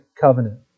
covenant